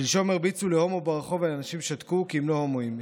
"שלשום הרביצו להומו ברחוב ואנשים שתקו כי הם לא הומואים.